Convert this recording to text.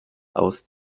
aus